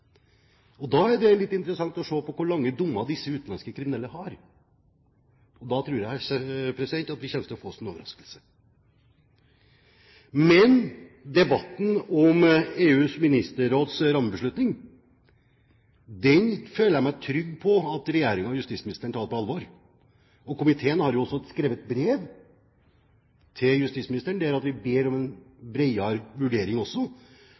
er litt interessant å se på hvor lange dommer de utenlandske kriminelle har, og da tror jeg at vi kommer til å få oss en overraskelse. Men jeg føler meg trygg på at regjeringen og justisministeren tar debatten om EUs ministerråds rammebeslutning på alvor. Komiteen har også skrevet brev til justisministeren der vi ber om en bredere vurdering